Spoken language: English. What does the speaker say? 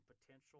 potential